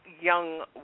young